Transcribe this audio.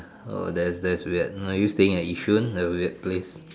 oh that's that's weird no you staying at Yishun that weird place